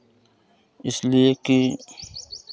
इसलिए कि